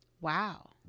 Wow